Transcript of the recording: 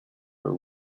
her